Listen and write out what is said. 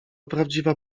prawdziwa